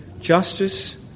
justice